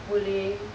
boleh